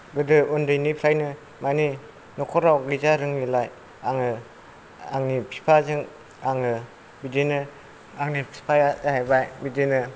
गोदो उन्दैनिफ्रायनो माने न'खराव गैजारोङिलाय आङो आंनि बिफाजों आङो बिदिनो आंनि बिफाया जाहैबाय बिदिनो